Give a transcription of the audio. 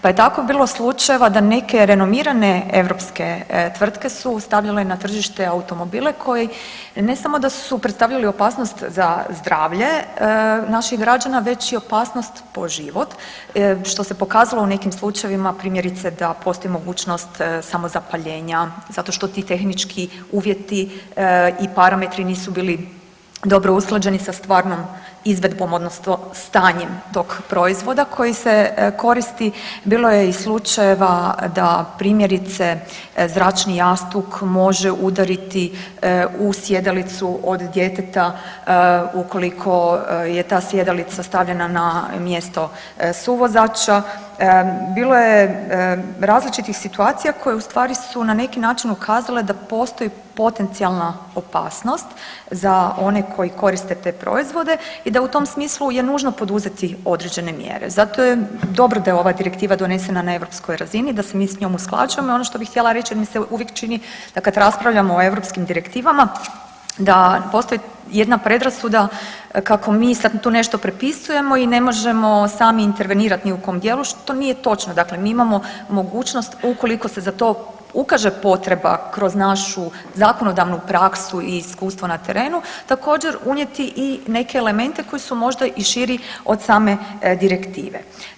Pa je tako bilo slučajeva da neke renomirane europske tvrtke su stavile na tržište automobile koji ne samo da su predstavljali opasnost za zdravlje naših građana već i opasnost po život što se pokazalo u nekim slučajevima primjerice da postoji mogućnost samozapaljenja zato što ti tehnički uvjeti i parametri nisu bili dobro usklađeni sa stvarnom izvedbom odnosno stanjem tog proizvoda koji se koristi, bilo je i slučajeva da primjerice zračni jastuk može udariti u sjedalicu od djeteta ukoliko je ta sjedalica stavljena na mjesto suvozača, bilo je različitih situacija koje ustvari su na neki način ukazale da postoji potencijalna opasnost za one koji koriste te proizvode i da u tom smislu je nužno poduzeti određene mjere, zato je dobro da je ova direktiva donesena na europskoj razini, da se mi sa njom usklađujemo, ono što bi ja htjela reći mi se uvijek čini da kad raspravljamo o europskim direktivama da postoji jedna predrasuda kako mi tu sad nešto prepisujemo i ne možemo sami intervenirati ni u kojem dijelu što nije točno dakle, mi imamo mogućnost ukoliko se za to ukaže potreba kroz našu zakonodavnu praksu i iz iskustva na terenu također unijeti i neke elemente koji su možda i širi od same direktive.